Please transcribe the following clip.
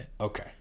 Okay